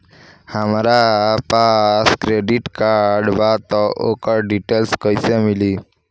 हमरा पास credit card बा त ओकर डिटेल्स कइसे मिली?